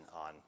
on